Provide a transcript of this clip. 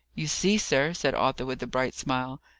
you see, sir, said arthur with a bright smile,